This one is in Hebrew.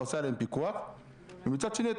מצד שני,